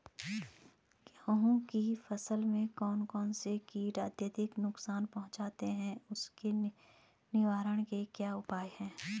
गेहूँ की फसल में कौन कौन से कीट अत्यधिक नुकसान पहुंचाते हैं उसके निवारण के क्या उपाय हैं?